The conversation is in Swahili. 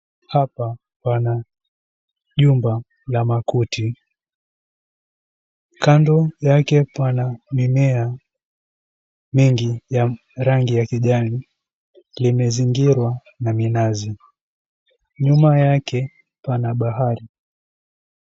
Hapa pana jumba la makuti. Kando yake pana mimea mingi ya rangi ya kijani. Limezingirwa na minazi. Nyuma yake pana bahari.